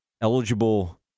eligible